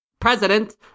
President